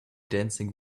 dancing